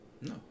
No